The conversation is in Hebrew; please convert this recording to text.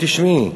בואי תשמעי.